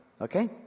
Okay